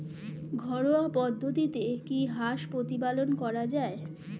ঘরোয়া পদ্ধতিতে কি হাঁস প্রতিপালন করা যায়?